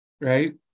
Right